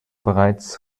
bereits